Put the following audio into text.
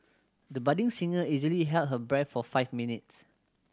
the budding singer easily held her breath for five minutes